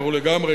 ברור לגמרי,